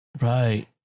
right